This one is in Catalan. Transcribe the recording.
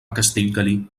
castellgalí